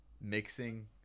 mixing